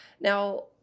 Now